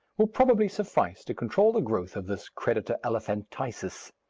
will probably suffice to control the growth of this creditor elephantiasis.